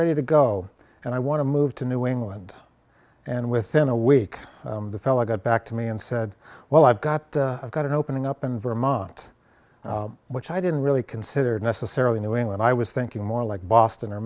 ready to go and i want to move to new england and within a week the fella got back to me and said well i've got i've got an opening up in vermont which i didn't really consider necessarily new england i was thinking more like boston or